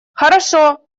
хорошо